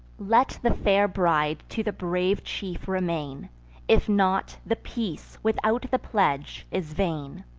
let the fair bride to the brave chief remain if not, the peace, without the pledge, is vain.